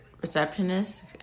receptionist